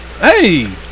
Hey